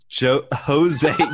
Jose